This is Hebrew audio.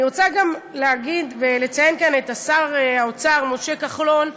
אני רוצה גם להגיד ולציין כאן את שר האוצר משה כחלון,